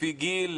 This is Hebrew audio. לפי גיל,